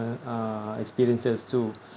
~er uh experiences too